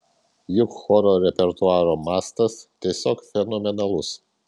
juk choro repertuaro mastas tiesiog fenomenalus